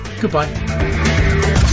goodbye